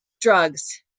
drugs